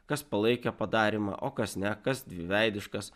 kas palaikė padarymą o kas ne kas dviveidiškas